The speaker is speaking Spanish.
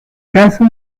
caso